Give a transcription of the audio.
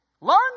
Learn